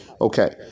Okay